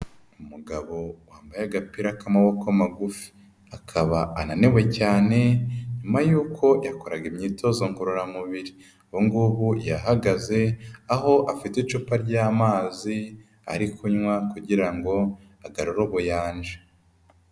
Umugabo wambaye agapira k'amaboko magufi, akaba ananiwe cyane nyuma yuko yakoraga imyitozo ngororamubiri. Ubu ngubu yahagaze, aho afite icupa ry'amazi ari kunywa kugira ngo agarure ubuyanja.